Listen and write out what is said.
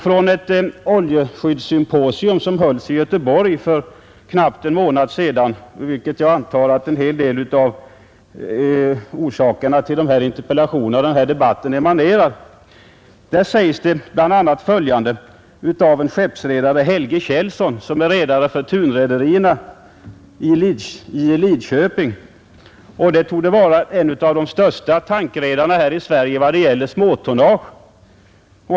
Vid ett oljeskyddssymposium, som hölls i Göteborg för knappt en månad sedan och ur vilket jag antar att en hel del av orsakerna till denna interpellation och denna debatt emanerar, gjordes ett uttalande av skeppsredare Helge Källson, chef för Tunrederierna i Lidköping — han torde vara en av de största tankredarna här i Sverige när det gäller småtonnage.